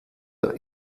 der